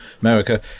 America